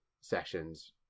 sessions